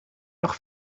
nog